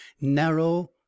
narrow